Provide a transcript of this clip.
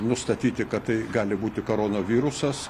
nustatyti kad tai gali būti koronavirusas